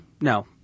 No